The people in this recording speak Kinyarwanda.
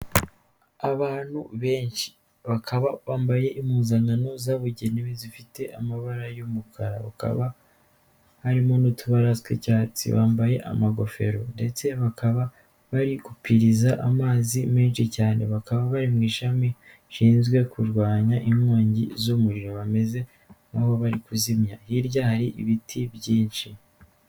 Abantu benshi bakaba bambaye impuzankano zabugenewe zifite amabara y'umukara, hakaba harimo n'utubara tw'icyatsi. Bambaye amagofero ndetse bakaba bari gupiriza amazi menshi cyane bakaba bari mu ishami rishinzwe kurwanya inkongi z'umuriro bameze nk'aho bari kuzimya hirya hari ibiti byinshi.